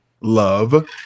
love